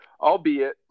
albeit